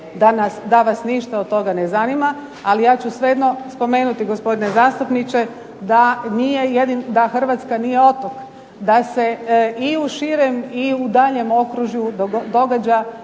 da vas ništa od toga ne zanima, ali ja ću svejedno spomenuti gospodine zastupniče da Hrvatska nije otok, da se i u širem i u daljnjem okružju događa